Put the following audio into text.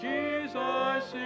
Jesus